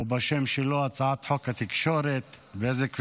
ובשם שלו הצעת חוק התקשורת (בזק ושידורים)